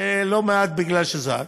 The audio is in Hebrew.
ולא מעט בגלל שזו את,